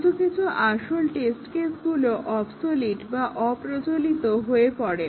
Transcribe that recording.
কিছু কিছু আসল টেস্ট কেসগুলো অবসলিট বা অপ্রচলিত হয়ে পড়ে